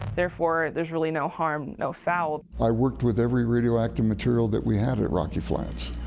therefore, there's really no harm, no foul. i worked with every radioactive material that we had at rocky flats,